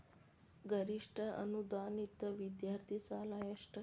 ಗರಿಷ್ಠ ಅನುದಾನಿತ ವಿದ್ಯಾರ್ಥಿ ಸಾಲ ಎಷ್ಟ